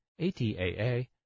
ATAA